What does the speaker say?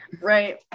Right